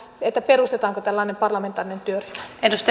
perustetaanko tällainen parlamentaarinen työryhmä